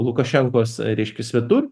lukašenkos reiškia svetur